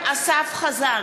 חזן,